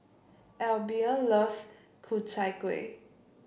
Albion loves Ku Chai Kuih